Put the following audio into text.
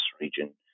region